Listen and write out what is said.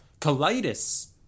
Colitis